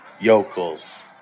yokels